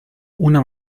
una